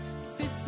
sits